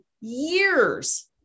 years